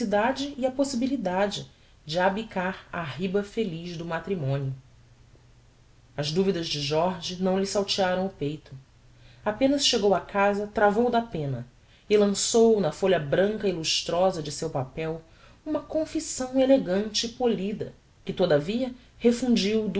necessidade e a possibilidade de abicar á riba feliz do matrimonio as duvidas de estevão não lhe saltearam o espirito apenas chegou a casa travou da penna e lançou na folha branca e lustrosa de seu papel uma confissão elegante e polida que todavia refundiu duas